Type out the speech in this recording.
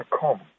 come